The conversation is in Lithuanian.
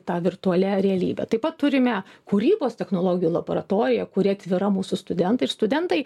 ta virtualia realybe taip pat turime kūrybos technologijų laboratoriją kuri atvira mūsų studentai ir studentai